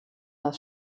das